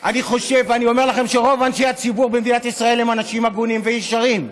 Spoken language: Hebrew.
ואני אומר לכם שרוב אנשי הציבור במדינת ישראל הם אנשים הגונים וישרים.